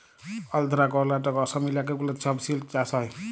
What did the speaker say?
আল্ধ্রা, কর্লাটক, অসম ইলাকা গুলাতে ছব সিল্ক চাষ হ্যয়